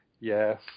Yes